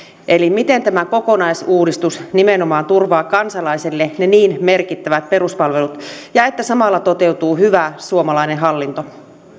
eli miten tämä kokonais uudistus nimenomaan turvaa kansalaisille ne niin merkittävät peruspalvelut ja että samalla toteutuu hyvä suomalainen hallinto